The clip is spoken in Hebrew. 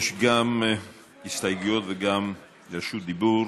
יש גם הסתייגויות וגם בקשות רשות דיבור.